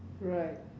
right